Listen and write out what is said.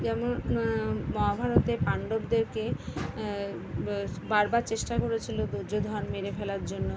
যেমন মহাভারতে পান্ডবদেরকে বারবার চেষ্টা করেছিলো দুর্যোধন মেরে ফেলার জন্য